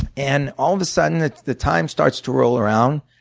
and all of a sudden the time starts to roll around,